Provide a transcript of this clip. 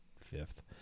fifth